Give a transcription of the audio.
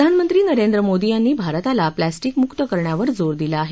प्रधानमंत्री नरेंद्र मोदी यांनी भारताला प्लास्टीकमुक्त करण्यावर जोर दिला आहे